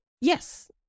Yes